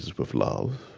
with love,